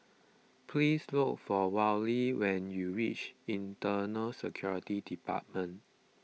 please look for Wally when you reach Internal Security Department